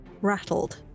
rattled